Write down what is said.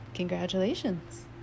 congratulations